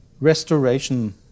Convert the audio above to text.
restoration